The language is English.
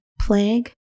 plague